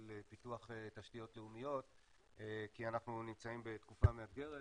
פיתוח תשתיות לאומיות כי אנחנו נמצאים בתקופה מאתגרת.